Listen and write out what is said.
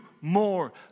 more